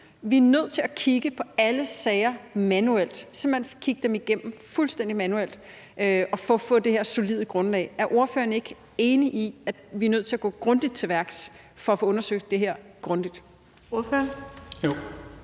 Vi er nødt til at kigge på alle sager manuelt, simpelt hen kigge dem igennem fuldstændig manuelt for at få det her solide grundlag. Er ordføreren ikke enig i, at vi er nødt til at gå grundigt til værks for at få undersøgt det her grundigt? Kl.